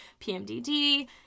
PMDD